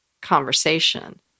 conversation